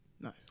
Nice